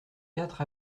quatre